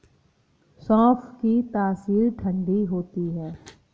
सौंफ की तासीर ठंडी होती है